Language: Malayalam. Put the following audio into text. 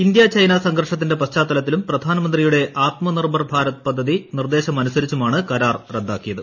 ഇന്ത്യ ചൈന സംഘർഷത്തിന്റെ പശ്ചാത്തലത്തിലും പ്രധാനമന്ത്രിയുടെ ആത്മനിർഭർ ഭാരത് പദ്ധതി നിർദ്ദേശമനുസരിച്ചുമാണ് കരാർ റദ്ദാക്കിയത്